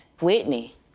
Whitney